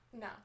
no